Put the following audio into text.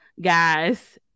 guys